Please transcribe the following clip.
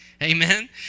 Amen